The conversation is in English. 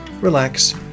relax